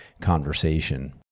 conversation